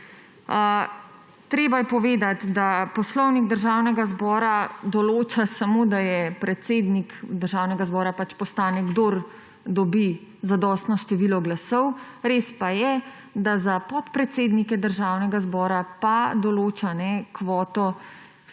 Treba je povedati, da Poslovnik Državnega zbora samo določa, da je predsednik Državnega zbora postane, kdor dobi zadostno število glasov. Res pa je, da za podpredsednike Državnega zbora pa določa kvoto,